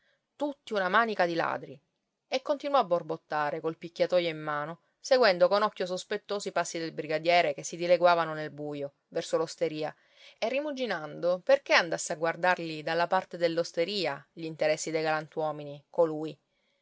tutti una manica di ladri e continuò a borbottare col picchiatoio in mano seguendo con occhio sospettoso i passi del brigadiere che si dileguavano nel buio verso l'osteria e rimuginando perché andasse a guardarli dalla parte dell'osteria gl'interessi dei galantuomini colui